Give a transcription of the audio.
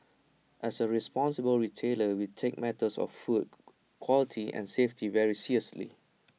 as A responsible retailer we take matters of food quality and safety very seriously